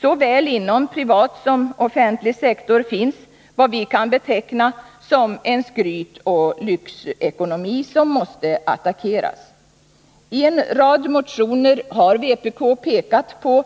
Såvälinom privat som offentlig sektor finns vad vi kan beteckna som en skrytoch lyxekonomi som måste attackeras. I en rad motioner har vpk pekat på